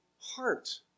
heart